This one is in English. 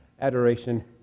Adoration